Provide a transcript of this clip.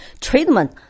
treatment